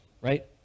right